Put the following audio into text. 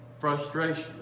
frustration